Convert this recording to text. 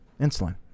insulin